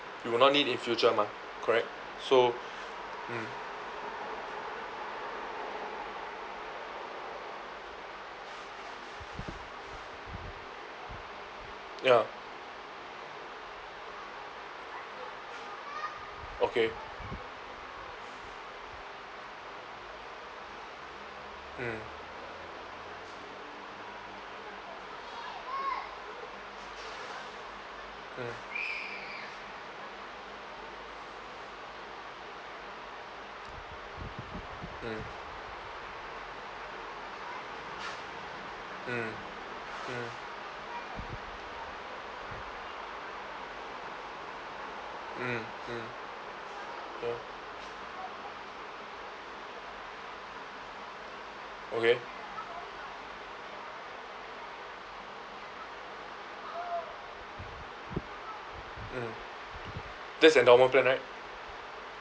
you will not need in future mah correct so mm ya okay mm mm mm mm mm mm mm mm okay mm that's endowment plan right